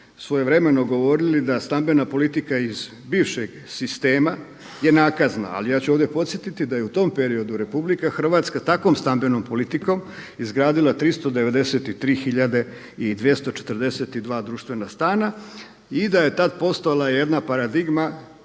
svojevremeno govorili da stambena politika iz bivšeg sistema je nakazna, ali ja ću ovdje podsjetiti da je u tom periodu RH takvom stambenom politikom izgradila 393.242 društvena stana i da je tada postojala jedna paradigma,